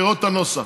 לראות את הנוסח.